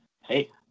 Hey